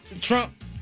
Trump